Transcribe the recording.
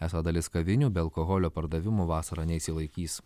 esą dalis kavinių be alkoholio pardavimų vasarą neišsilaikys